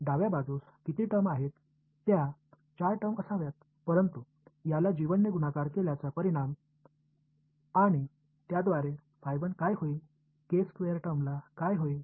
डाव्या बाजूस किती टर्म्स आहेत त्या 4 टर्म्स असाव्यात परंतु याला ने गुणाकार केल्याचा परिणाम आणि त्याद्वारे काय होईल टर्म्स ला काय होईल